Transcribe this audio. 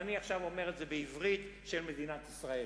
עכשיו אני אומר את זה בעברית של מדינת ישראל: